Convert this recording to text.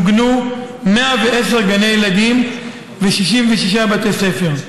מוגנו 110 גני ילדים ו-66 בתי ספר,